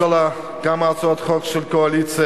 אדוני ראש הממשלה, כמה הצעות חוק של הקואליציה,